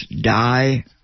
die